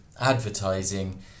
advertising